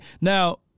Now